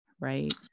right